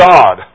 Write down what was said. God